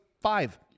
five